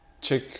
check